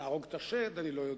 נהרוג את השד, אני לא יודע.